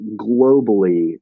globally